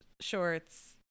shorts